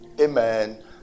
Amen